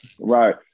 Right